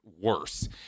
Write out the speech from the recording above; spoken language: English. worse